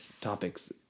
topics